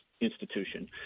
Institution